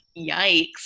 yikes